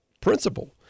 principle